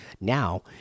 now